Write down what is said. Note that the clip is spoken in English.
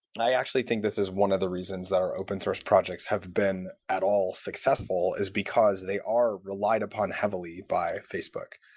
and i actually think this is one of the reasons reasons that our open-source projects have been at all successful is because they are relied upon heavily by facebook.